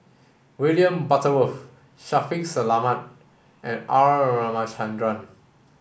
William Butterworth Shaffiq Selamat and R Ramachandran